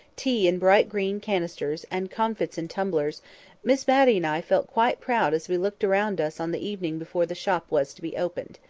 tea in bright green canisters, and comfits in tumblers miss matty and i felt quite proud as we looked round us on the evening before the shop was to be opened.